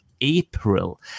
April